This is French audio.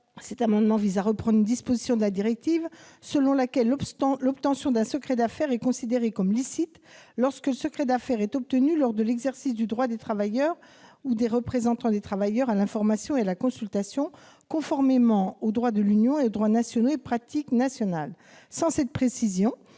et républicain vise à reprendre une disposition de la directive selon laquelle l'obtention d'un secret d'affaires est considérée comme licite lorsqu'il est obtenu lors de l'exercice du droit des travailleurs ou des représentants des travailleurs à l'information et à la consultation, conformément au droit de l'Union et aux droits nationaux et pratiques nationales. Sans cette précision,